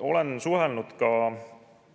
Olen suhelnud ka